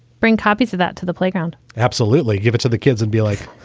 bring copies of that to the playground absolutely, give it to the kids and be like,